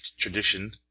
tradition